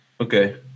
Okay